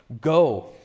go